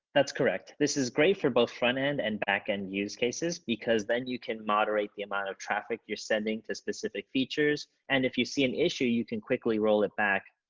that's correct. this is great for but front-end and back-end use cases, because then you can moderate the amount of traffic you're sending to specific features, and, if you see an issue, you can quickly roll it back,